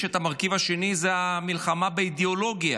יש את המרכיב השני, שזה מלחמה באידיאולוגיה,